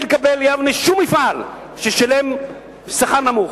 לקבל ליבנה שום מפעל ששילם שכר נמוך.